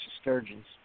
sturgeons